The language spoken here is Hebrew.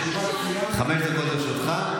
חמש דקות לרשותך,